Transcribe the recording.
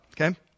okay